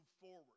forward